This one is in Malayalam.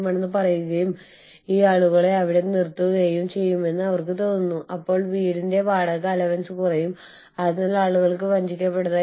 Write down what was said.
കൂടാതെ അവരുടെ ജോലിയും അവരുടെ പ്രവർത്തനങ്ങളുടെ ശരിതെറ്റുകളോ എല്ലാം അവർ ഉൾപ്പെടുന്ന രാജ്യത്തിന്റെ നിയമങ്ങളാൽ ഭാഗികമായി നിയന്ത്രിക്കപ്പെടാം